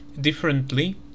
differently